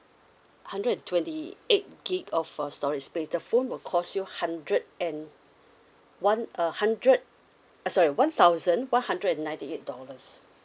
hundred and twenty eight gig of uh storage space the phone will cost you hundred and one uh hundred uh sorry one thousand one hundred and ninety eight dollars